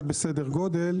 בסדר גודל,